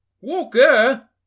Walker